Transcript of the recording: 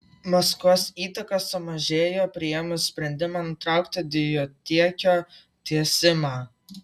maskvos įtaka sumažėjo priėmus sprendimą nutraukti dujotiekio tiesimą